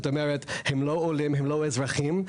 הם לא עולים, הם לא אזרחים.